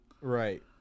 Right